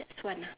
next one ah